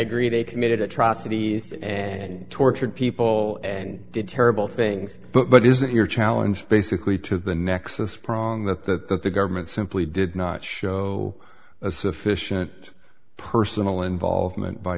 agree they committed atrocities and tortured people and did terrible things but is it your challenge basically to the nexus prong that that that the government simply did not show a sufficient personal involvement by